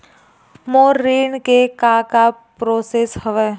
मोर ऋण के का का प्रोसेस हवय?